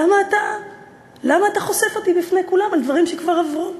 למה אתה חושף אותי בפני כולם על דברים שכבר עברו?